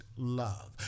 Love